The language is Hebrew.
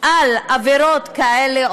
על עבירות כאלה,